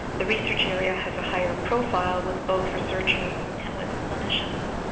the research area has a higher profile with both researchers and with clinicians.